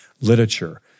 literature